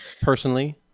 personally